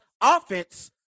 offense